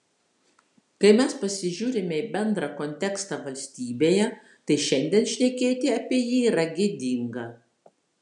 kai mes pasižiūrime į bendrą kontekstą valstybėje tai šiandien šnekėti apie jį yra gėdinga